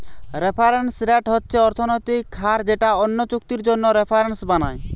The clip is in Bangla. রেফারেন্স রেট হচ্ছে অর্থনৈতিক হার যেটা অন্য চুক্তির জন্যে রেফারেন্স বানায়